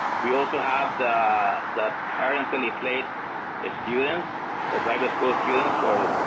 we also have the parentally placed ah students or private school students for